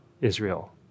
Israel